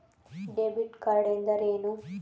Debit card ಎಂದರೇನು?